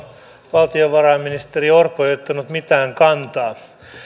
valtiovarainministeri orpo ei ottanut mitään kantaa